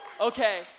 Okay